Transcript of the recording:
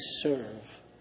serve